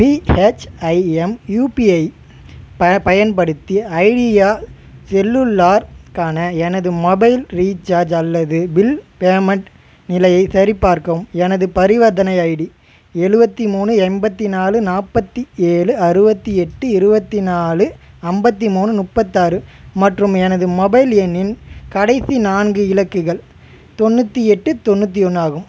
BHIM UPI ப பயன்படுத்தி Idea செல்லுலார்க்கான எனது மொபைல் ரீசார்ஜ் அல்லது பில் பேமெண்ட் நிலையை சரிபார்க்கவும் எனது பரிவர்த்தனை ஐடி எழுவத்தி மூணு எண்பத்தி நாலு நாற்பத்தி ஏழு அறுபத்தி எட்டு இருபத்தி நாலு ஐம்பத்தி மூணு முப்பத்தாறு மற்றும் எனது மொபைல் எண்ணின் கடைசி நான்கு இலக்குகள் தொண்ணூற்றி எட்டு தொண்ணூற்றி ஒன்று ஆகும்